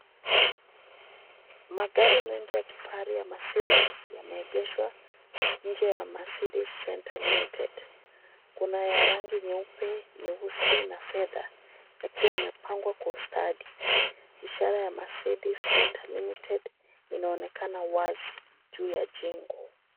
Magari mengi ya kifahari ya Mercedes yameegeshwa nje ya Mercedes Center Limited. Kuna ya rangi nyeupe, Nyeusi na fedha, yakiwa yamepangwa kwa ustadi. Ishara ya Mercedes Center Limited, inaonekana wazi juu ya jengo.